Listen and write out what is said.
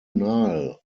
nile